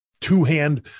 two-hand